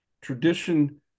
tradition